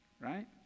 Right